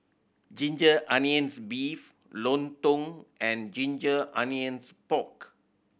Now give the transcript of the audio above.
ginger onions beef lontong and ginger onions pork